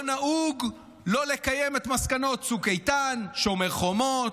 לא נהוג לא לקיים את מסקנות צוק איתן, שומר חומות,